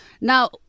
Now